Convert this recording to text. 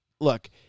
look